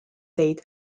teid